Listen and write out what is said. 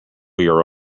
your